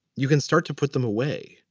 you can start to put them away.